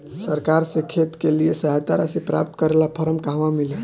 सरकार से खेत के लिए सहायता राशि प्राप्त करे ला फार्म कहवा मिली?